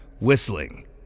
whistling